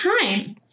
time